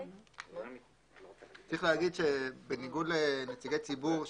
צריך להגיד שבניגוד לנציגי ציבור,